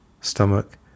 stomach